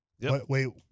Wait